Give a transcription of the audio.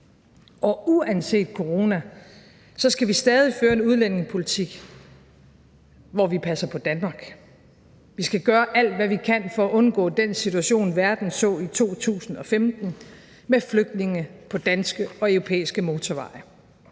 og uanset corona skal vi stadig føre en udlændingepolitik, hvor vi passer på Danmark. Vi skal gøre alt, hvad vi kan, for at undgå den situation, verden så i 2015, med flygtninge på danske og europæiske motorveje.